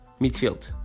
midfield